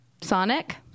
Sonic